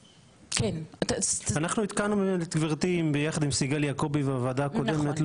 אנחנו עדכנו את גברתי ביחד עם סיגל יעקובי והוועדה הקודמת,